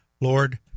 Lord –